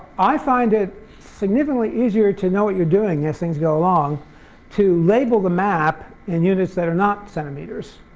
i find it significantly easier to know what you're doing as things go along to label the map in units that are not centimeters,